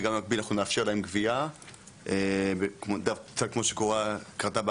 וגם במקביל אנחנו נאפשר להם גבייה כמו שקרה בעבר,